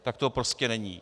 Tak to prostě není.